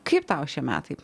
kaip tau šie metai